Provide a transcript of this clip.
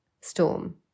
storm